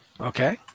Okay